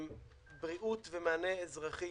בריאות ומענה אזרחי,